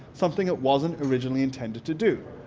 something it wasn't originally intended to do.